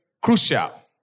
crucial